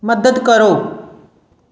ਮਦਦ ਕਰੋ